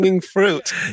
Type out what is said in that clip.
fruit